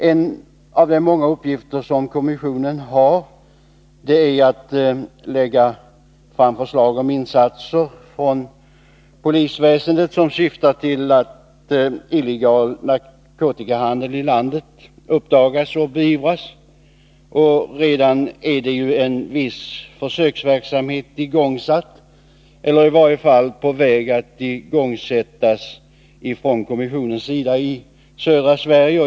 En av de många uppgifter som kommissionen har är att lägga fram förslag om insatser från polisväsendet som syftar till att illegal narkotikahandel i landet skall uppdagas och beivras. En viss försöksverksamhet i södra Sverige är redan igångsatt eller i varje fall på väg att sättas i gång av kommissionen.